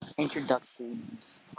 Introductions